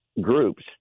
groups